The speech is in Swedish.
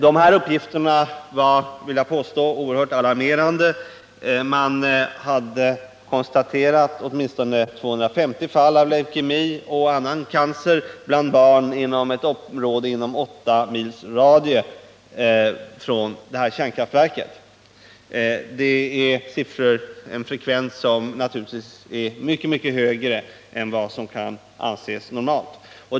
Dessa uppgifter var, vill jag påstå, oerhört alarmerande. Man hade konstaterat åtminstone 250 fall av leukemi och annan cancer bland barn inom ett område med åtta mils radie från kärnkraftverket. Det är en frekvens som naturligtvis är mycket, mycket högre än vad som kan anses normalt.